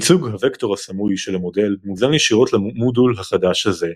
ייצוג הווקטור הסמוי של המודל מוזן ישירות למודול החדש הזה,